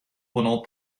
pendant